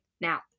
now